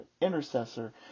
intercessor